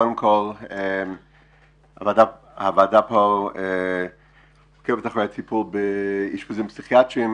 קודם כל הוועדה פה עוקבת אחרי הטיפול באשפוזים פסיכיאטריים,